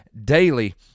Daily